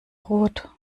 rot